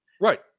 Right